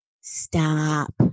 stop